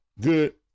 Good